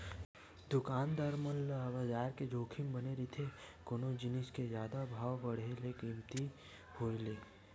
दुकानदार मन ल बजार के जोखिम बने रहिथे कोनो जिनिस के जादा भाव बड़हे ले कमती होय ले